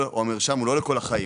המרשם הוא לא לכל החיים.